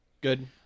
Good